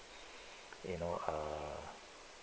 you know uh